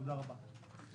תודה רבה.